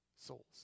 souls